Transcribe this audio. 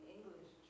English